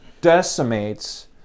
decimates